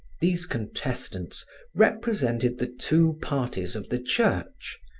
these contestants represented the two parties of the church,